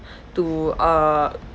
to uh